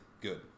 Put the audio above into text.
good